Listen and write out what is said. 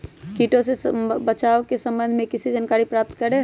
किटो से बचाव के सम्वन्ध में किसी जानकारी प्राप्त करें?